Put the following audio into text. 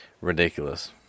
Ridiculous